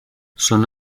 son